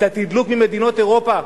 את התדלוק ממדינות אירופה,